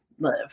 live